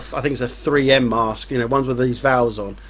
think it's a three m mask, you know one of of these valves on,